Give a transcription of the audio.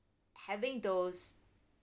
having those